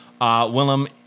Willem